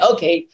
Okay